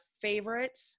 favorite